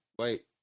Wait